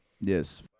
Yes